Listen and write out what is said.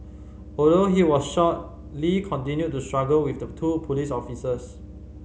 although he was shot Lee continued to struggle with the two police officers